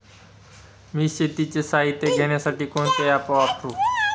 मी शेतीचे साहित्य घेण्यासाठी कोणते ॲप वापरु?